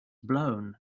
blown